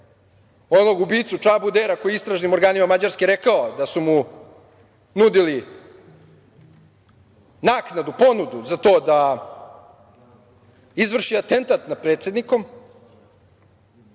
onog ubicu Čabu Dera, koji je istražnim organima Mađarske rekao da su mu nudili naknadu, ponudu za to da izvrši atentat nad predsednikom.